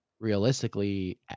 Realistically